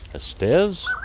ah stairs.